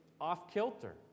off-kilter